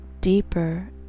Deeper